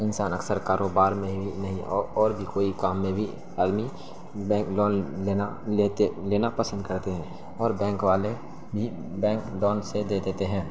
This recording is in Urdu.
انسان اکثر کاروبار میں ہی نہیں او اور بھی کوئی کام میں بھی آدمی بینک لون لینا لیتے لینا پسند کرتے ہیں اور بینک والے بھی بینک لون اسے دے دیتے ہیں